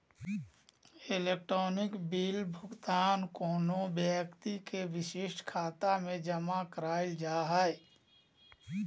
electronic bill भुगतान कोनो व्यक्ति के विशिष्ट खाता में जमा करल जा हइ